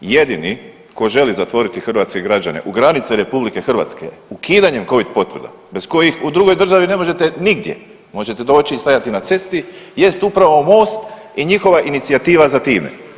Jedini tko želi zatvoriti hrvatske građane u granice RH ukidanjem covid potvrda bez kojih u drugoj državi ne možete nigdje, možete doći i stajati na cesti jest upravo Most i njihova inicijativa za time.